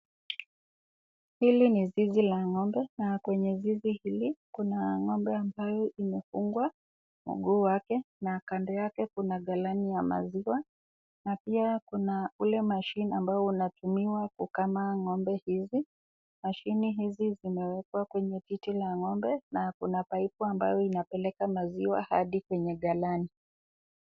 Hili ni zizi la ng'ombe na kwenye zizi hili kuna ng'ombe ambayo imefungwa kwa mguu wake na kando yake kuna galani ya maziwa, na pia kuna ule machine ambao unatumiwa kukama ng'ombe hizi. Machine hizi zimeekwa kwenye titi la mang'ombe na kuna pipe ambayo inapeleka maziwa hadi kwenye galani.